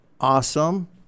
Awesome